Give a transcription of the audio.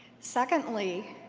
secondly,